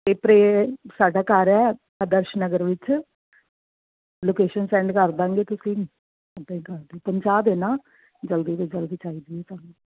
ਅਤੇ ਪਰੇ ਸਾਡਾ ਘਰ ਆਦਰਸ਼ ਨਗਰ ਵਿੱਚ ਲੋਕੇਸ਼ਨ ਸੈਂਡ ਕਰ ਦਾਂਗੇ ਤੁਸੀਂ ਆਪਣੇ ਘਰ ਦੀ ਪਹੁੰਚਾ ਦੇਣਾ ਜਲਦੀ ਤੋਂ ਜਲਦੀ ਚਾਹੀਦੀ ਹੈ ਸਾਨੂੰ